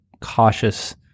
cautious